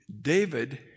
David